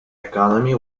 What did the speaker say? economy